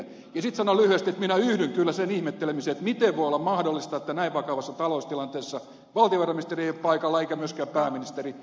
ja sitten sanon lyhyesti että minä yhdyn kyllä sen ihmettelemiseen miten voi olla mahdollista että näin vakavassa taloustilanteessa valtiovarainministeri ei ole paikalla eikä myöskään pääministeri